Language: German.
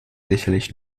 sicherlich